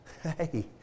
Hey